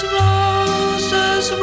roses